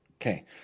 Okay